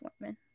women